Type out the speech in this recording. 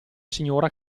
signora